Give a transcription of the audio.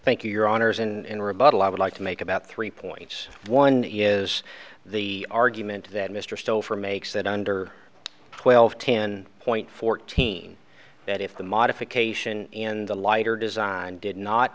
thank you your honors in rebuttal i would like to make about three points one is the argument that mr stover makes that under twelve ten point fourteen that if the modification and the lighter design did not